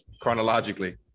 chronologically